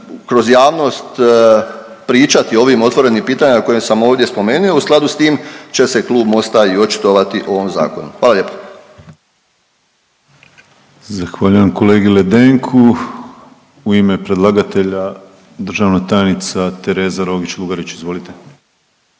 kroz javnost pričati o ovim otvorenim pitanjima koje sam ovdje spomenu. U skladu s tim će se klub Mosta i očitovati o ovom zakonu. Hvala lijepa. **Penava, Ivan (DP)** Zahvaljujem kolegi Ledenku. U ime predlagatelja državna tajnica Tereza Rogić Lugarić. Izvolite.